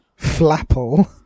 Flapple